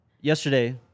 Yesterday